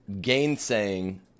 gainsaying